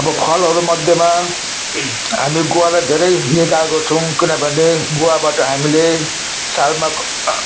अब फलहरू मध्येमा हामी गुवालाई धेरै निग्रानी गर्छौँ किनभने गुवाबाट हामीले सालमा